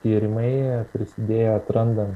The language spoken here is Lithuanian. tyrimai prisidėjo atrandant